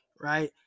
right